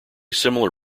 similar